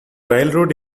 railroad